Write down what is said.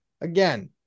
again